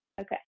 Okay